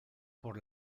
por